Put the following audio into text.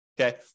okay